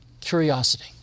curiosity